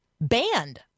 banned